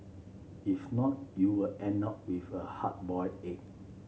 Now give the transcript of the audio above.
if not you will end up with a hard boiled egg